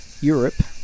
Europe